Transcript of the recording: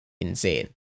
insane